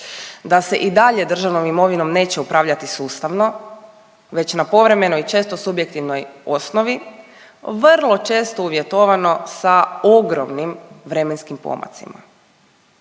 da se i dalje državnom imovinom neće upravljati sustavno već na povremenoj i često subjektivnoj osnovi vrlo često uvjetovano sa ogromnim vremenskim pomacima.